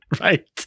Right